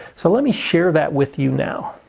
so let me share that with you now.